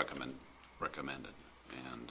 recommend recommended and